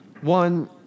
one